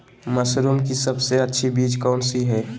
Mushroom की सबसे अच्छी बीज कौन सी है?